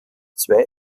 zwei